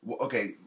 Okay